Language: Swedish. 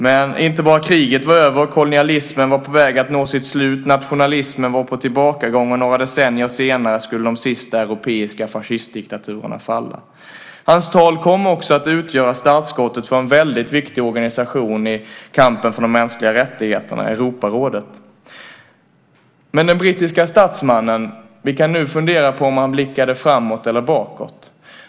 Det var inte bara det att kriget var över - kolonialismen var på väg att nå sitt slut, nationalismen var på tillbakagång, och några decennier senare skulle de sista europeiska fascistdiktaturerna falla. Hans tal kom också att utgöra startskottet för en väldigt viktig organisation i kampen för de mänskliga rättigheterna, Europarådet. Men vi kan nu fundera på om den brittiske statsmannen blickade framåt eller bakåt.